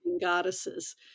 Goddesses